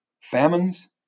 famines